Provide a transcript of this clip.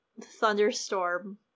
thunderstorm